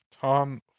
Tom